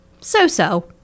so-so